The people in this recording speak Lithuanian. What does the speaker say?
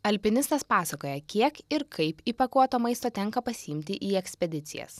alpinistas pasakoja kiek ir kaip įpakuoto maisto tenka pasiimti į ekspedicijas